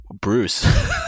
Bruce